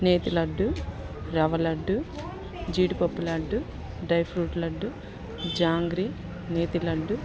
నేతిలడ్డు రవ్వలడ్డు జీడిపప్పు లడ్డు డ్రైఫ్రూట్ లడ్డు జాంగ్రీ నేతిలడ్డు